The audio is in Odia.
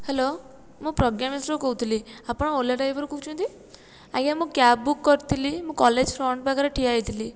ହ୍ୟାଲୋ ମୁଁ ପ୍ରଜ୍ଞା ମିଶ୍ର କହୁଥିଲି ଆପଣ ଓଲା ଡ୍ରାଇଭର କହୁଛନ୍ତି ଆଜ୍ଞା ମୁଁ କ୍ୟାବ୍ ବୁକ୍ କରିଥିଲି ମୁଁ କଲେଜ ଫ୍ରଣ୍ଟ ପାଖରେ ଠିଆ ହୋଇଥିଲି